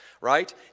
right